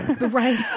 Right